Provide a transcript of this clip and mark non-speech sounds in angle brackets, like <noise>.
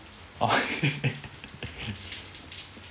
!wah! <laughs>